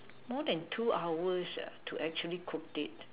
more than two hours uh to actually cooked it